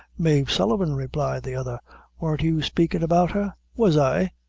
mave sullivan, replied the other worn't you spakin' about her? was i?